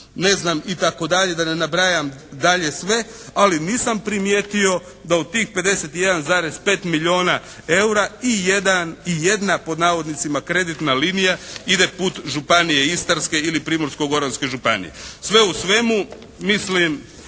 ne znam itd. da ne nabrajam dalje sve. Ali nisam primijetio da u tih 51,5 milijuna eura i jedan, i jedna, pod navodnicima "kreditna" linija ide put Županije istarske ili Primorsko-goranske županije. Sve u svemu mislimo